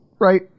right